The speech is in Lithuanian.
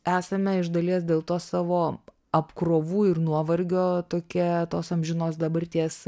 esame iš dalies dėl to savo apkrovų ir nuovargio tokie tos amžinos dabarties